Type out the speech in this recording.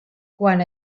quan